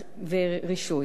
ורישוי.